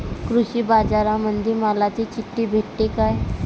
कृषीबाजारामंदी मालाची चिट्ठी भेटते काय?